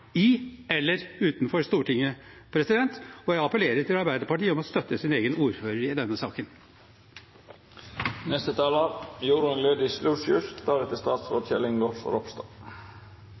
eller utenfor Stortinget. Jeg appellerer til Arbeiderpartiet om å støtte sin egen ordfører i denne